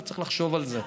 אני צריך לחשוב על זה.